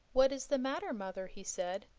what is the matter, mother? he said.